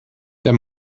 der